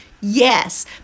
Yes